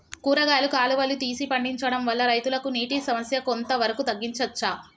కూరగాయలు కాలువలు తీసి పండించడం వల్ల రైతులకు నీటి సమస్య కొంత వరకు తగ్గించచ్చా?